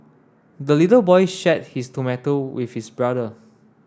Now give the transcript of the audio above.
the little boy shared his tomato with his brother